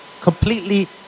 Completely